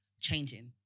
changing